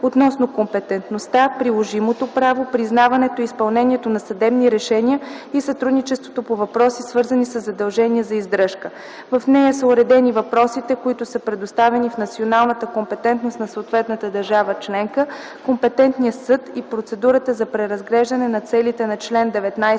относно компетентността, приложимото право, признаването и изпълнението на съдебни решения и сътрудничеството по въпроси, свързани със задължения за издръжка. В нея са уредени въпросите, които са предоставени в националната компетентност на съответната държава-членка, компетентният съд и процедурата за преразглеждане на целите на чл. 19